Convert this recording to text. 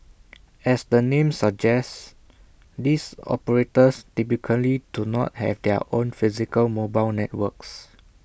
as the name suggests these operators typically do not have their own physical mobile networks